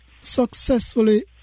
successfully